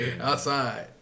outside